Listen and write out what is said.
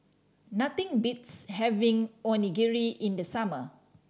nothing beats having Onigiri in the summer